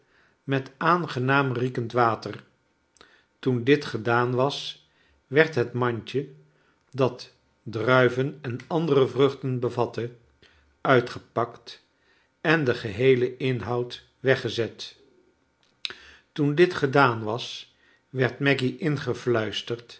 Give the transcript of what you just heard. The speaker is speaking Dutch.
met aangenaam riekend water toen dit gedaan was werd het mandje dat druiven en andere vruchten bevatte uitgepakt en de geheele inhoud weggezet toen dit gedaan was werd